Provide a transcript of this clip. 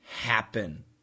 happen